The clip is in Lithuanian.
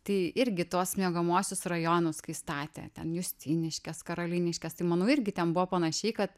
tai irgi tuos miegamuosius rajonus kai statė ten justiniškes karoliniškes tai manau irgi ten buvo panašiai kad